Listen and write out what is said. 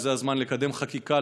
וזה הזמן לקדם חקיקה,